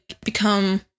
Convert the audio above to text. become